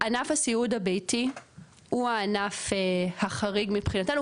ענף הסיעוד הביתי הוא הענף החריג מבחינתנו,